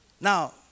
Now